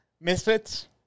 Misfits